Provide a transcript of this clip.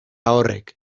horrek